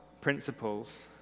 principles